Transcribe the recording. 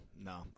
no